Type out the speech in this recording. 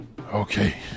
Okay